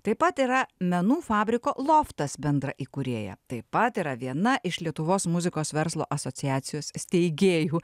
taip pat yra menų fabriko loftas bendra įkūrėja taip pat yra viena iš lietuvos muzikos verslo asociacijos steigėjų